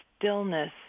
stillness